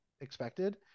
expected